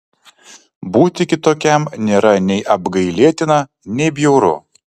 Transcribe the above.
būti kitokiam nėra nei apgailėtina nei bjauru